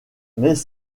mais